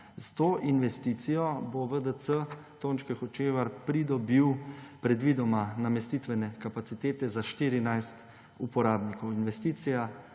S to investicijo bo VDC Tončke Hočevar pridobil predvidoma namestitvene kapacitete za 14 uporabnikov. Investicija